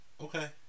Okay